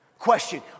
Question